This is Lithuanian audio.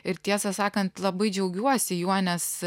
ir tiesą sakant labai džiaugiuosi juo nes